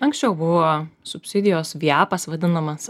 anksčiau buvo subsidijos vijepas vadinamas